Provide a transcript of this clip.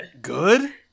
good